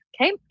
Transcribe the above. okay